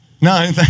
No